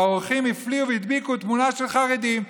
והעורכים הפליאו והדביקו תמונה של חרדים,